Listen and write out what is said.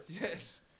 yes